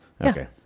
Okay